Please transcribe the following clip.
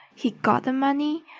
he got the money.